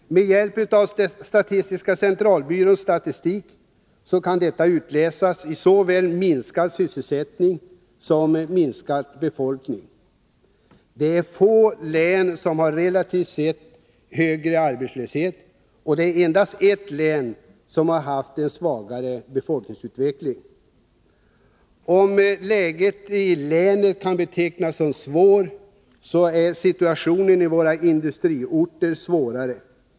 Med hjälp av statistiska centralbyråns statistik kan detta avläsas i såväl minskad sysselsättning som minskad befolkning. Det är få län som relativt sett har högre arbetslöshet, och endast ett län har haft en svagare befolkningsutveckling. Om läget i länet kan betecknas som svårt, så är situationen i våra industriorter svårare.